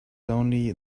only